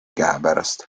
käepärast